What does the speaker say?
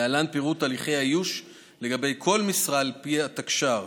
להלן פירוט הליכי האיוש לגבי כל משרה על פי התקשי"ר: